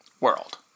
world